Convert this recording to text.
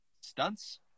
Stunts